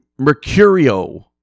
Mercurio